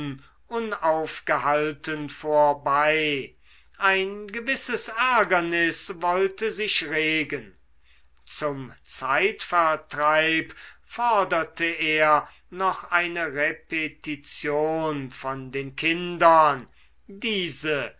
unaufgehalten vorbei ein gewisses ärgernis wollte sich regen zum zeitvertreib forderte er noch eine repetition von den kindern diese